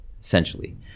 essentially